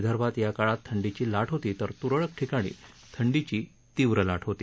विदर्भात या काळात थंडीची लाट होती तर त्रळक ठिकाणी थंडीची तीव्र लाट होती